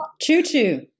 Choo-choo